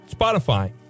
Spotify